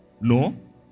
No